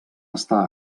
estar